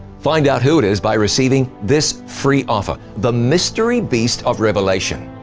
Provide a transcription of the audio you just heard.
find out who it is by receiving this free offer, the mystery beast of revelation.